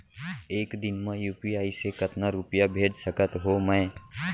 एक दिन म यू.पी.आई से कतना रुपिया भेज सकत हो मैं?